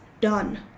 done